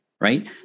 right